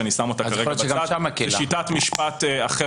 שאני שם אותה כרגע בצד כשיטת משפט אחרת